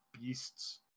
beasts